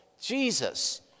Jesus